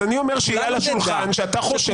אז אני אומר שיהיה על השולחן שאתה חושב